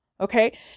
Okay